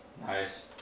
nice